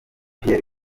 pierre